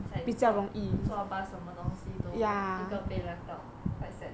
it's like 你们坐坐 bus 什么东西都一个被 left out quite sad